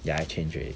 ya I change already